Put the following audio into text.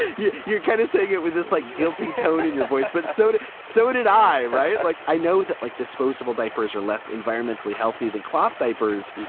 yeah your cat is a get with this like guilty tone in your voice. but soda. so did i. right. like, i know that, like, disposable diapers are less environmentally healthy than cloth diapers,